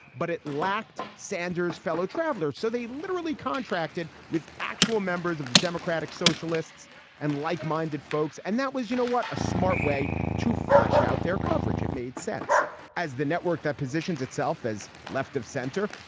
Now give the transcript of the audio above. but it lacked sanders fellow travelers, so they literally contracted with actual members of the democratic socialists and like minded folks. and that was, you know, what a smart way to flesh out their coverage. it made sense as the network that positions itself as left of center.